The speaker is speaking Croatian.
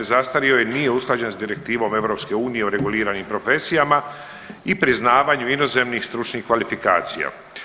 Zastario je i nije usklađen sa direktivom EU o reguliranim profesijama i priznavanju inozemnih stručnih kvalifikacija.